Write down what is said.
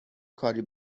کاری